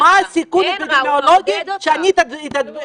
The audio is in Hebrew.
מה הסיכון האפידמיולוגי שאני אדבק מהים?